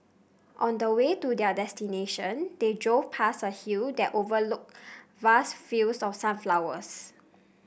on the way to their destination they drove past a hill that overlooked vast fields of sunflowers